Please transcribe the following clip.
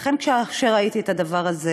לכן, כשראיתי את הדבר הזה,